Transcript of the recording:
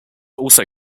also